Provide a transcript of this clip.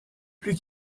plus